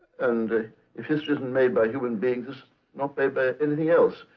and if history isn't made by human beings, it's not made by anything else.